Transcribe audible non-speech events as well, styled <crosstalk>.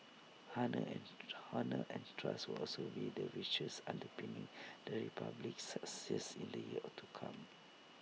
<unintelligible> honour and trust will also be the virtues underpinning the republic's success in the years or to come